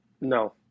No